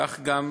וכך גם